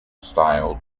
styled